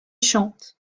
chante